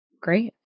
Great